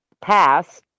passed